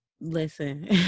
listen